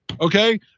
okay